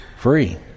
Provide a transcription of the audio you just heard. free